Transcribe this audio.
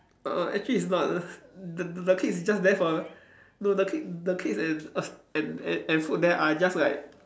err actually it's not the the cake is just there for no the cake the cake and us and and and food there are just like